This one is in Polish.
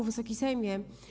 Wysoki Sejmie!